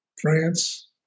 France